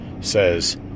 says